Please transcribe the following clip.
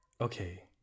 Okay